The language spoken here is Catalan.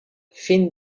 fent